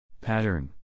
Pattern